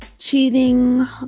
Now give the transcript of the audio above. cheating